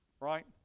Right